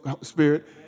Spirit